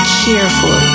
careful